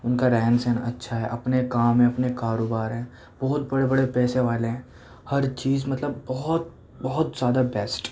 ان کا رہن سہن اچھا ہے اپنے کام ہیں اپنے کاروبار ہیں بہت بڑے بڑے پیسے والے ہیں ہر چیز مطلب بہت بہت زیادہ بیسٹ